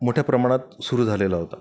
मोठ्या प्रमाणात सुरू झालेला होता